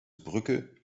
brücke